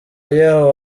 yaho